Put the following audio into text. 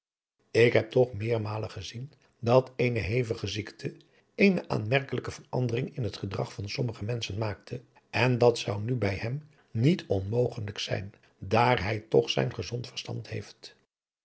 ik heb toch meermalen gezien dat eene hevige ziekte eene aanmerkelijke verandering in het gedrag van sommige menschen maakte en dat zou nu bij hem niet onmogelijk zijn daar hij toch zijn gezond verstand heeft